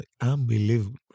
unbelievable